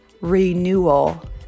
renewal